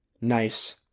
nice